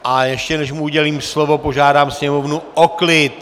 A ještě než mu udělím slovo, požádám sněmovnu o klid...